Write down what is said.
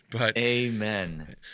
Amen